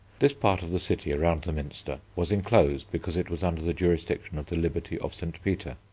this part of the city around the minster was enclosed because it was under the jurisdiction of the liberty of st. peter.